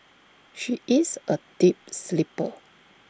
she is A deep sleeper